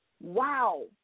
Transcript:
Wow